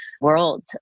world